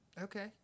Okay